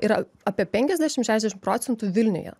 yra apie penkiasdešim šešdešim procentų vilniuje